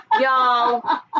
y'all